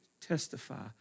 testify